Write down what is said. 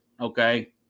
Okay